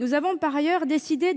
Nous avons par ailleurs décidé